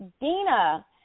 Dina